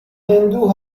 هندو